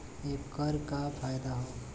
ऐकर का फायदा हव?